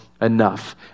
enough